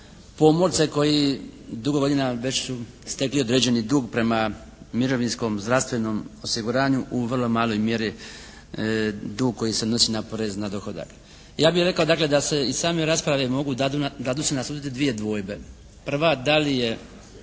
pomorce koji dugo godina već su stekli određeni dug prema mirovinskom, zdravstvenom osiguranju u vrlo maloj mjeri dug koji se odnosi na porez na dohodak. Ja bih rekao dakle da se iz same rasprave mogu daju se naslutiti dvije dvojbe. Prva da li je